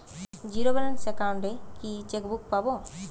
Zero balance account এ কি chequebook পাব?